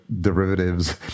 derivatives